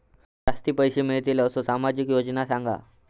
जास्ती पैशे मिळतील असो सामाजिक योजना सांगा?